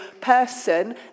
person